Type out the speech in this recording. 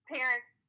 parents